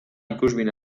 ikusmin